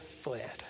fled